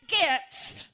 gifts